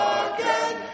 again